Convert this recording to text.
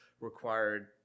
required